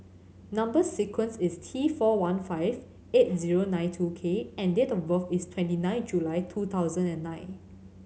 number sequence is T four one five eight zero nine two K and date of birth is twenty nine July two thousand and nine